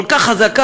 כל כך חזקה,